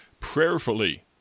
prayerfully